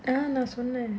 ஆனா சொன்னேன்:aanaa sonnaen